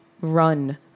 run